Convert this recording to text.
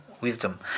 wisdom